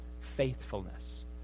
faithfulness